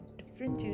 different